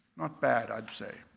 not bad i'd say.